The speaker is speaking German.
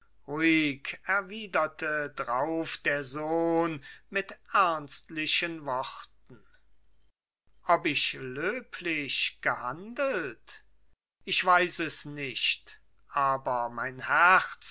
drauf der sohn mit ernstlichen worten ob ich löblich gehandelt ich weiß es nicht aber mein herz